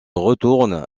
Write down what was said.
retourne